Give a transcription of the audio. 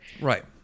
Right